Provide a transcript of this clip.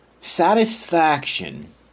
satisfaction